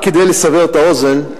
רק כדי לסבר את האוזן,